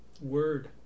Word